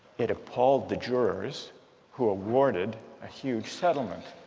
it appalled the jurors who awarded a huge settlement